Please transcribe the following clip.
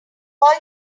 holly